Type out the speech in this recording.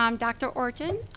um dr. orton.